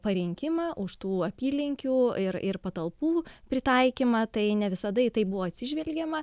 parinkimą už tų apylinkių ir ir patalpų pritaikymą tai ne visada į tai buvo atsižvelgiama